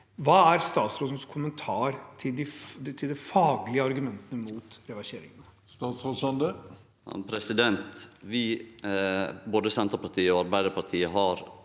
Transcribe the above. Hva er statsrådens kommentar til de faglige argumentene mot reverseringen? Statsråd Erling Sande Vi, både Senter- partiet og Arbeidarpartiet, har